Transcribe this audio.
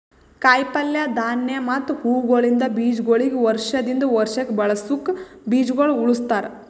ಕಾಯಿ ಪಲ್ಯ, ಧಾನ್ಯ ಮತ್ತ ಹೂವುಗೊಳಿಂದ್ ಬೀಜಗೊಳಿಗ್ ವರ್ಷ ದಿಂದ್ ವರ್ಷಕ್ ಬಳಸುಕ್ ಬೀಜಗೊಳ್ ಉಳುಸ್ತಾರ್